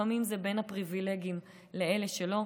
לפעמים זה בין הפריבילגים לבין אלה שלא.